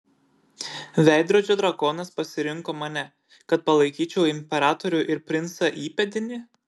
veidrodžio drakonas pasirinko mane kad palaikyčiau imperatorių ir princą įpėdinį